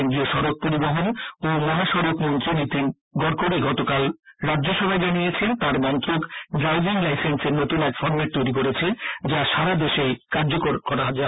কেন্দ্রীয় সডক পরিবহন ও মহাসডক মন্ত্রী নীতিন গাডকারি গতকাল রাজ্যসভায় জানিয়েছেন তাঁর মন্ত্রক ড্রাইভিং লাইসেন্সের নতুন এক ফরমেট তৈরী করছে যা সারা দেশেই কার্যকর করা হবে